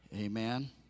Amen